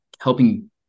helping